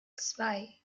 zwei